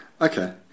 Okay